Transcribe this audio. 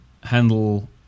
handle